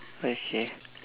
okay